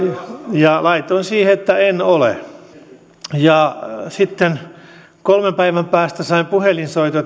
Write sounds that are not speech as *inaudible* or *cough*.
ja laitoin siihen että en ole sitten kolmen päivän päästä sain puhelinsoiton *unintelligible*